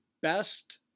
best